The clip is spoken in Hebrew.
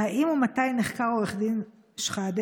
1. האם ומתי נחקר עו"ד שחאדה?